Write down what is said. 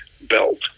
belt